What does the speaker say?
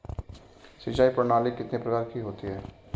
सिंचाई प्रणाली कितने प्रकार की होती है?